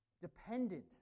dependent